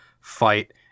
fight